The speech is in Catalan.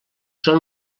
són